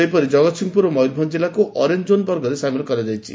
ସେହିପରି ଜଗତସିଂହପୁର ଓ ମୟୁରଭଞ କିଲ୍ଲାକୁ ଅରେଞ୍ ଜୋନ୍ ବର୍ଗରେ ସାମିଲ କରିଛି